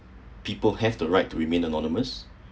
people have the right to remain anonymous